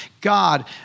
God